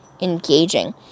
engaging